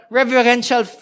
reverential